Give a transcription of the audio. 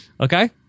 Okay